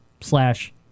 slash